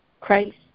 Christ